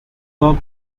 dog